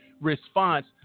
response